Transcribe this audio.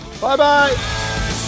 Bye-bye